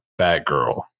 batgirl